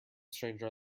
stranger